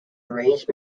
arranged